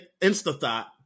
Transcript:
insta-thought